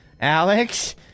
Alex